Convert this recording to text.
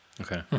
okay